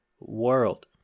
world